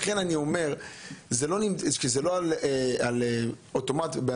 לכן אני אומר שזה לא על אוטומט, זה